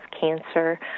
cancer